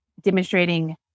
demonstrating